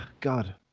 god